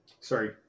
sorry